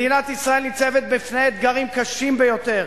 מדינת ישראל ניצבת בשני אתגרים קשים ביותר,